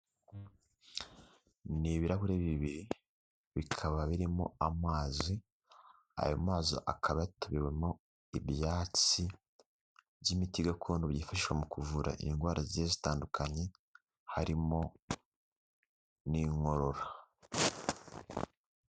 Ni ibirahure bibiri, bikaba birimo amazi, ayo mazi akaba yatobewemo ibyatsi by'imiti gakondo byifashishwa mu kuvura indwara zigiye zitandukanye, harimo n'inkorora.